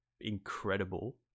incredible